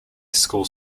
school